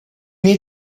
need